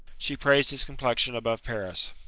she prais'd his complexion above paris.